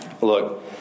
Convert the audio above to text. Look